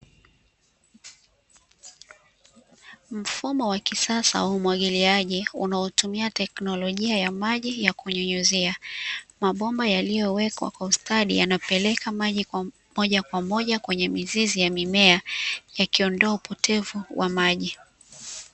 Mfumo wa kisasa wa umwagiliaji, unaotumia teknolojia ya maji ya kunyunyizia. Mabomba yaliyowekwa kwa ustadi, yanayopeleka maji moja kwa moja kwenye mizizi ya mimea, yakiondoa upotevu wa maji.